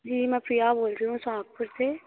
जी मैं प्रिया बोल रही हूँ सुहागपुर से